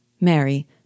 Mary